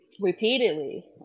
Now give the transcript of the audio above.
repeatedly